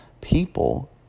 people